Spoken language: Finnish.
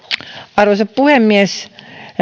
arvoisa puhemies